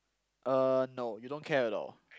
uh no you don't care at all